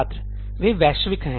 छात्र वे वैश्विक हैं